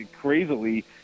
crazily